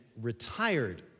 retired